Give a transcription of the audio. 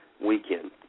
weekend